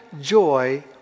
joy